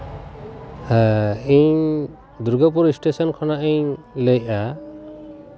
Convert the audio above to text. ᱦᱮᱸ ᱤᱧ ᱫᱩᱨᱜᱟᱹᱯᱩᱨ ᱮᱥᱴᱮᱥᱚᱱ ᱠᱷᱚᱱᱟᱜ ᱤᱧ ᱞᱟᱹᱭᱮᱫᱟ